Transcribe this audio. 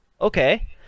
Okay